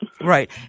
Right